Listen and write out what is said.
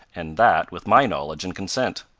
and that with my knowledge and consent.